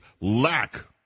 lack